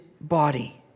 body